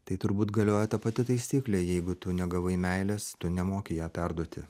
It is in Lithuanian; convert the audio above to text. tai turbūt galioja ta pati taisyklė jeigu tu negavai meilės tu nemoki ją perduoti